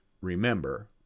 remember